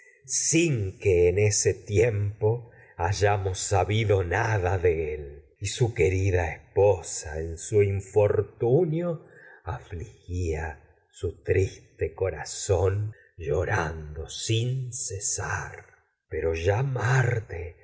sin que su en ese tiempo en hayamos su sabido nada de él y querida llo esposa rando infortunio pero ya afligía en su triste de corazón sin cesar marte